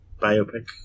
Biopic